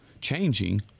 changing